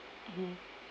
mm